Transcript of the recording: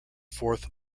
fourth